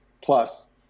plus